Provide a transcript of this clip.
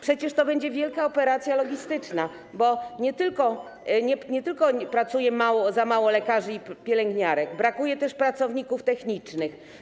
Przecież to będzie wielka operacja logistyczna, bo nie tylko pracuje za mało lekarzy i pielęgniarek, brakuje też pracowników technicznych.